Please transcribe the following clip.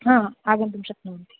हा आगन्तुं शक्नुवन्ति